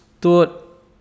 thought